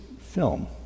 film